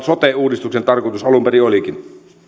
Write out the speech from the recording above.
sote uudistuksen tarkoitus alun perin olikin